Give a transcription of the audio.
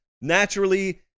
naturally